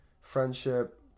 friendship